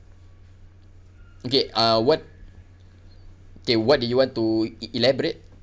okay uh what K what did you want to e~ elaborate